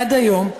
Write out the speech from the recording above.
עד היום,